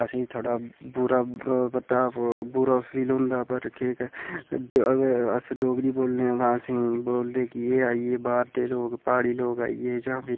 असें ई थोह्ड़ा बुरा बर्ताब बुरा फील होंदा ऐ पर केह् करचै अस ड डोगरी बोलने आं तांं असें गी बोलदे कि एह् आई गै बाह्र दे लोक प्हाड़ी लोक आई गे जां फ्ही